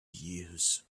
years